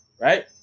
right